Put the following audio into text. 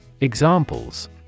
Examples